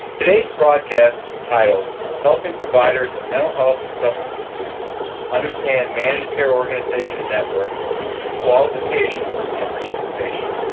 today's broadcast is entitled helping providers in mental health and substance abuse understand managed care organization networks, qualifications, and participation.